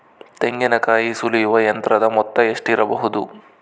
ತೆಂಗಿನಕಾಯಿ ಸುಲಿಯುವ ಯಂತ್ರದ ಮೊತ್ತ ಎಷ್ಟಿರಬಹುದು?